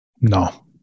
No